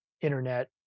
internet